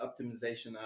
optimization